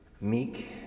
meek